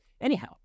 Anyhow